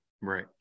Right